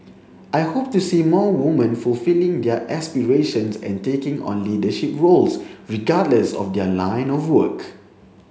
I hope to see more women fulfilling their aspirations and taking on leadership roles regardless of their line of work